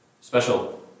special